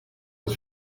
het